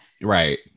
right